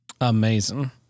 Amazing